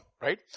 right